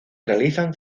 realizan